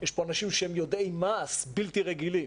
יש פה אנשים שהם יודעי מעש בלתי רגילים,